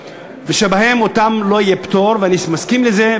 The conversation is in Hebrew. שבהם לא יהיה פטור, אני מסכים לזה.